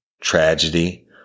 tragedy